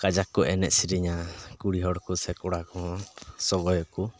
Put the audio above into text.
ᱠᱟᱡᱟᱠ ᱠᱚ ᱮᱱᱮᱡ ᱥᱮᱨᱮᱧᱟ ᱠᱩᱲᱤ ᱦᱚᱲ ᱥᱮ ᱠᱚᱲᱟ ᱠᱚᱦᱚᱸ ᱥᱚᱜᱚᱭᱟᱠᱚ